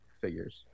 figures